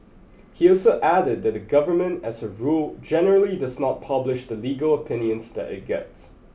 he also added that the government as a rule generally does not publish the legal opinions that it gets